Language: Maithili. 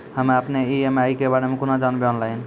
हम्मे अपन ई.एम.आई के बारे मे कूना जानबै, ऑनलाइन?